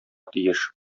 тиеш